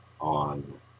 on